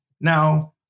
Now